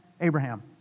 Abraham